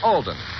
Alden